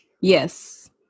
Yes